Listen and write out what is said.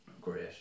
great